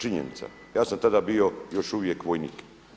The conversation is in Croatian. Činjenica, ja sam tada bio još uvijek vojnik.